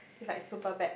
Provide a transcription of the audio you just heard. it's like super bad